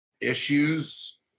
issues